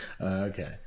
okay